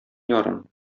ярым